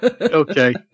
Okay